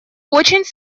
очень